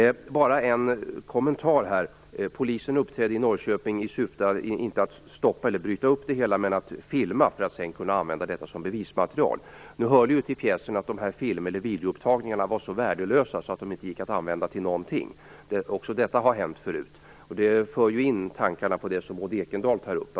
Bara en kommentar. Polisen agerade i Norrköping inte för att bryta upp sammankomsten utan i syfte att filma den och sedan använda inspelningen som bevismaterial. Nu hör det till pjäsen att dessa videoupptagningar var så värdelösa att de inte gick att använda till någonting. Också detta har hänt förut. Detta för in tankarna på det Maud Ekendahl tog upp.